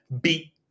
beat